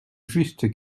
juste